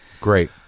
Great